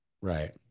Right